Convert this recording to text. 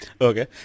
Okay